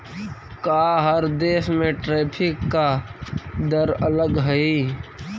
का हर देश में टैरिफ का दर अलग हई